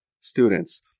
students